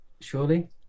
surely